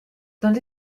dónde